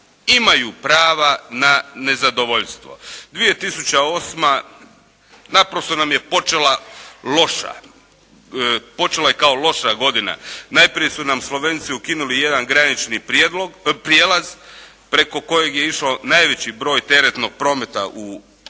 imaju prava na nezadovoljstvo. 2008. naprosto nam je počela loša. Počela je kao loša godina. Najprije su nam Slovenci ukinuli jedan granični prijelaz preko kojeg je išao najveći broj teretnog prometa u Istru.